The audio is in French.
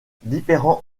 différents